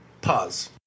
Pause